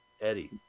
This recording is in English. Eddie